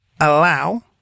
allow